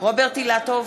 רוברט אילטוב,